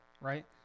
right